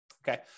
Okay